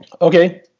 Okay